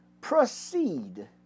proceed